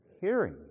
hearing